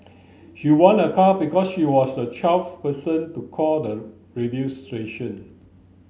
she won a car because she was the twelfth person to call the radio station